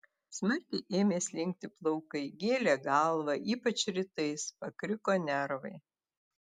smarkiai ėmė slinkti plaukai gėlė galvą ypač rytais pakriko nervai